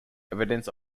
evidence